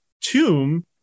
tomb